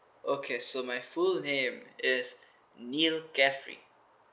okay so my full name is niel gafree